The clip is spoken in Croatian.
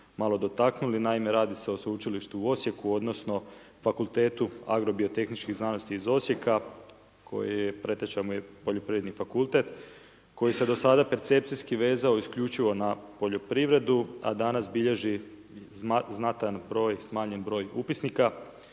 malo dotaknuli. Naime, radi se o sveučilištu u Osijeku, odnosno, fakultetu agrobiotehničkih znanosti iz Osijeka, koji je preteča mu je poljoprivredni fakultet, koji se do sada percepcijski vezao, isključivo na poljoprivredu, a danas bilježi znatan br. smanjen broj upisnika,